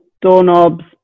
doorknobs